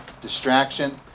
distraction